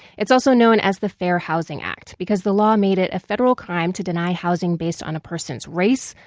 it's also known as the fair housing act, because the law made it a federal crime to deny housing based on a person's race,